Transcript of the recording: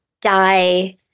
die